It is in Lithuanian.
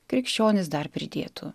krikščionys dar pridėtų